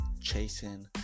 chasing